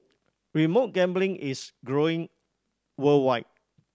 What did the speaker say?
remote gambling is growing worldwide